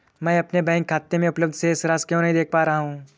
मैं अपने बैंक खाते में उपलब्ध शेष राशि क्यो नहीं देख पा रहा हूँ?